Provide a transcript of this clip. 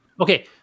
Okay